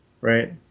right